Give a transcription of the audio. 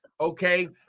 okay